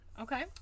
Okay